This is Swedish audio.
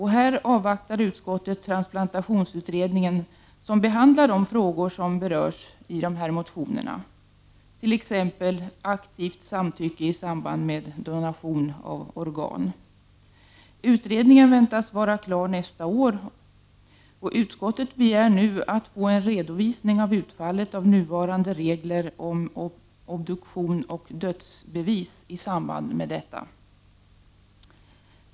Här avvaktar utskottet transplantationsutredningen, som behandlar de frågor som berörs i dessa motioner, t.ex. frågan om aktivt samtycke i samband med donation av organ. Utredningen väntas vara klar nästa år. Utskottet begär nu att få en redovisning av utfallet av nuvarande regler om obduktion och dödsbevis i samband med detta.